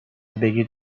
بگید